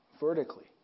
vertically